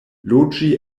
loĝi